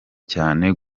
cyane